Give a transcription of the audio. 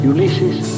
Ulysses